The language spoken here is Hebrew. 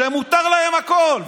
שמותר להם הכול.